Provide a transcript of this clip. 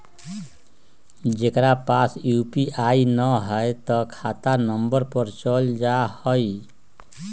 जेकरा पास यू.पी.आई न है त खाता नं पर चल जाह ई?